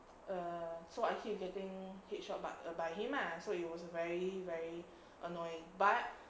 err so I keep getting head shot but by him lah so it was very very annoying but